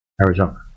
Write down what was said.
Arizona